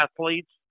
athletes